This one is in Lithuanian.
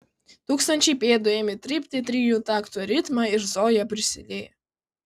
tūkstančiai pėdų ėmė trypti trijų taktų ritmą ir zoja prisidėjo